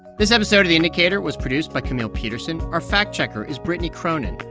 this episode of the indicator was produced by camille petersen. our fact-checker is brittany cronin.